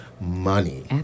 money